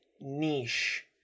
niche